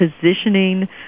positioning